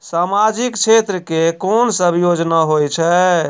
समाजिक क्षेत्र के कोन सब योजना होय छै?